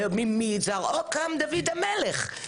ומזרעו קם דוד המלך.